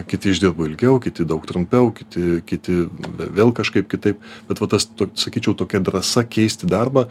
kiti išdirba ilgiau kiti daug trumpiau kiti kiti vėl kažkaip kitaip bet va tas sakyčiau tokia drąsa keisti darbą